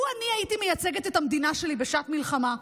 לו הייתי מייצגת את המדינה שלי בשעת מלחמה,